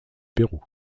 pérou